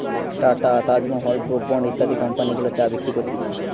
tata, Taj Mahal, Brooke Bond ইত্যাদি company গুলা চা বিক্রি করতিছে